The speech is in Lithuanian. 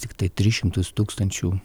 tiktai tris šimtus tūkstančių